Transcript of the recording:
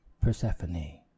Persephone